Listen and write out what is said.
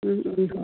হয়